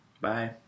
Bye